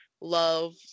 love